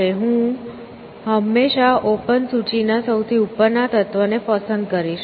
અને હું હંમેશાં ઓપન સૂચિના સૌથી ઉપરના તત્વને પસંદ કરીશ